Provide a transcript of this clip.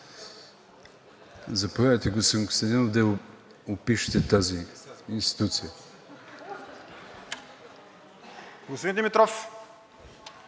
Заповядайте, господин Костадинов, да опишете тази институция.